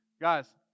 Guys